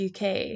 uk